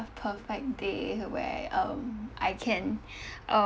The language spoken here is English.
perfect day where um I can um